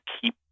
keep